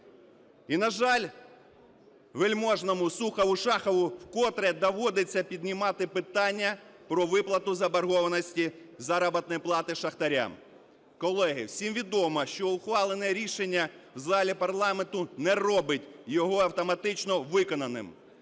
І на жаль, Вельможному, Сухову, Шахову вкотре доводиться піднімати питання про виплату заборгованості заробітної плати шахтарям. Колеги, всім відомо, що ухвалене рішення у залі парламенту не робить його автоматично виконаним